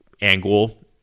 angle